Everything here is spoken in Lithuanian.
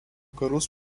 karus